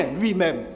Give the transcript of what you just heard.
lui-même